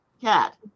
cat